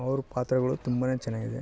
ಅವ್ರು ಪಾತ್ರಗಳು ತುಂಬಾನೆ ಚೆನ್ನಾಗಿದೆ